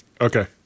Okay